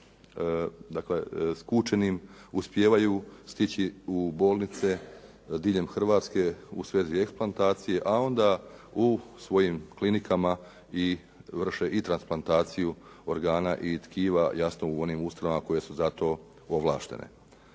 dakle, skučenim uspijevaju stići u bolnice diljem Hrvatske u svezi eksplantacije a onda u svojim klinikama vrše i transplantaciju organa i tkiva jasno u onim ustanovama koje su za to ovlaštene.